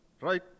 right